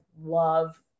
love